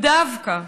ודווקא,